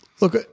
Look